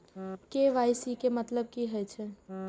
KYC के मतलब कि होई छै?